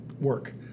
work